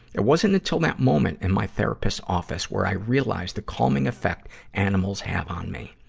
it wasn't until that moment in my therapist's office where i realized the calming effect animals have on me.